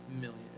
million